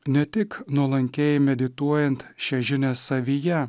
ne tik nuolankiai medituojant šią žinią savyje